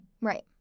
Right